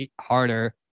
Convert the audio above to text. harder